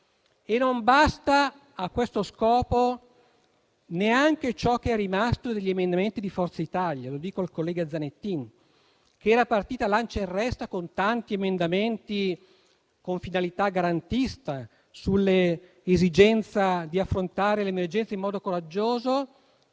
e non basta a questo scopo neanche ciò che è rimasto degli emendamenti di Forza Italia. Lo dico al collega Zanettin, che era partito lancia in resta con tanti emendamenti con finalità garantista sull'esigenza di affrontare l'emergenza in modo coraggioso.